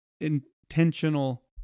intentional